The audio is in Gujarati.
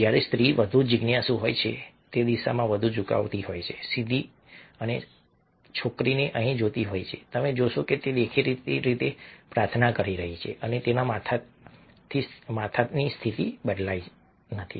જ્યારે સ્ત્રી વધુ જિજ્ઞાસુ હોય છે દિશામાં વધુ ઝુકાવતી હોય છે સીધી અને છોકરીને અહીં જોતી હોય છે તમે જોશો કે તે દેખીતી રીતે પ્રાર્થના કરી રહી છે અને તેના માથાની સ્થિતિ બદલાઈ નથી